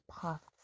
paths